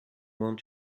want